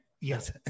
Yes